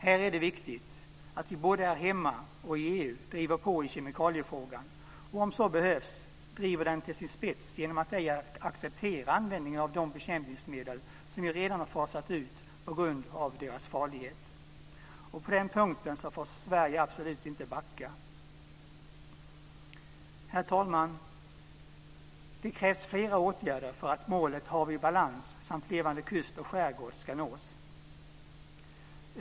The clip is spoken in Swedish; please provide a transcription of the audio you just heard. Här är det viktigt att vi både här hemma och i EU driver på i kemikaliefrågan och om så behövs driver den till sin spets genom att ej acceptera användning av de bekämpningsmedel som vi redan fasat ut på grund av deras farlighet. På den punkten får Sverige absolut inte backa. Herr talman! Det krävs flera åtgärder för att målet Hav i balans samt levande kust och skärgård ska nås.